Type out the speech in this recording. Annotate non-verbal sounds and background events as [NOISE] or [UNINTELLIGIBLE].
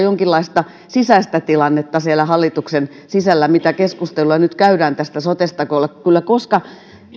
[UNINTELLIGIBLE] jonkinlaista sisäistä tilannetta siellä hallituksen sisällä mitä keskusteluja nyt käydään tästä sotesta koska